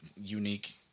unique